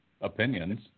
opinions